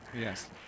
Yes